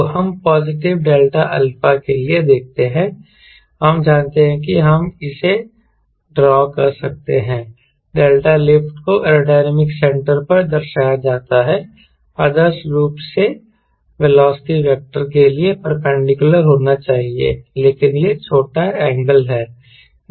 तो हम positive delta alpha के लिए देखते हैं हम जानते हैं कि हम इसे ड्रॉ कर सकते हैं डेल्टा लिफ्ट को एयरोडायनेमिक सेंटर पर दर्शाया जाता है आदर्श रूप से वेलोसिटी वेक्टर के लिए परपेंडिकुलर होना चाहिए लेकिन यह छोटा एंगल है